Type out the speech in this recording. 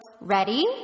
Ready